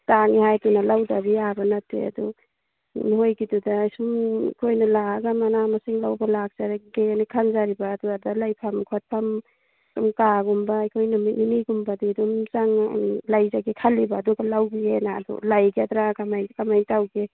ꯇꯥꯡꯉꯦ ꯍꯥꯏꯗꯨꯅ ꯂꯧꯗꯕꯗꯤ ꯌꯥꯕ ꯅꯠꯇꯦ ꯑꯗꯨ ꯅꯣꯏꯒꯤꯗꯨꯗ ꯁꯨꯝ ꯑꯩꯈꯣꯏꯅ ꯂꯥꯛꯑꯒ ꯃꯅꯥ ꯃꯁꯤꯡ ꯂꯧꯕ ꯂꯥꯛꯆꯔꯒꯦꯅ ꯈꯟꯖꯔꯤꯕ ꯑꯗꯨꯗ ꯂꯩꯐꯝ ꯈꯣꯠꯐꯝ ꯁꯨꯝ ꯀꯥꯒꯨꯝꯕ ꯑꯩꯈꯣꯏ ꯅꯨꯃꯤꯠ ꯅꯤꯅꯤꯒꯨꯝꯕꯗꯤ ꯑꯗꯨꯝ ꯂꯩꯖꯒꯦ ꯈꯜꯂꯤꯕ ꯑꯗꯨꯒ ꯂꯧꯒꯦꯅ ꯑꯗꯨ ꯂꯩꯒꯗ꯭ꯔꯥ ꯀꯃꯥꯏꯅ ꯀꯃꯥꯏꯅ ꯇꯧꯒꯦ